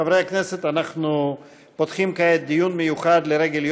חברי הכנסת, אנחנו עוברים להצעות לסדר-היום